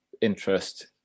interest